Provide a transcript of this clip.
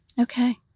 Okay